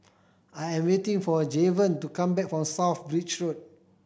I am waiting for Javen to come back from South Bridge Road